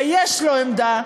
ויש לו עמדה,